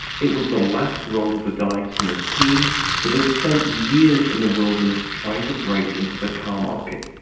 it was the last roll of the dice from a team that had spent years in the wilderness trying to break into the car market.